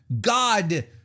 god